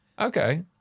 okay